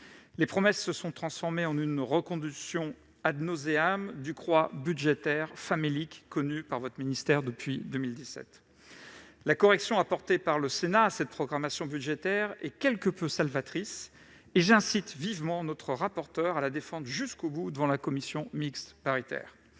Les promesses se sont transformées en une reconduction du croît budgétaire famélique que votre ministère connaît depuis 2017. La correction apportée par le Sénat à cette programmation budgétaire est quelque peu salvatrice. J'incite vivement notre rapporteure à la défendre jusqu'au bout en commission mixte paritaire.